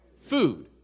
Food